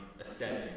aesthetic